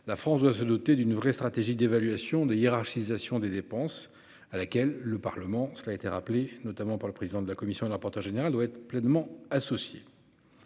La France va se doter d'une vraie stratégie d'évaluation de hiérarchisation des dépenses à laquelle le Parlement. Cela a été rappelé notamment par le président de la commission et le rapporteur général doit être pleinement associés.